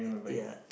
ya